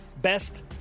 best